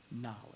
knowledge